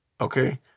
Okay